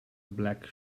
black